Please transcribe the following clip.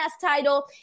title